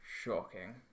Shocking